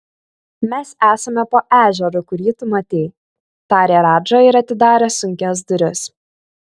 mes esame po ežeru kurį tu matei tarė radža ir atidarė sunkias duris